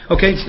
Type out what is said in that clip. Okay